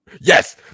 Yes